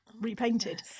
repainted